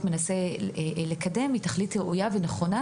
מנסה לקדם היא תכלית ראויה ונכונה,